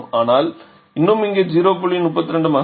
ஆனால் இன்னும் இங்கே 0